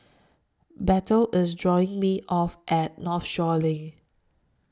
Bethel IS dropping Me off At Northshore LINK